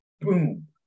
boom